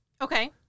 Okay